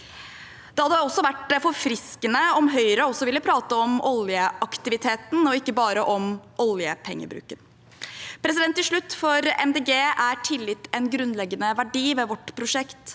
Det hadde også vært forfriskende om Høyre ville prate om oljeaktiviteten og ikke bare om oljepengebruken. Til slutt: For Miljøpartiet De Grønne er tillit en grunnleggende verdi ved vårt prosjekt.